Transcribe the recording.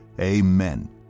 Amen